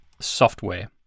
software